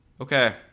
Okay